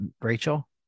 Rachel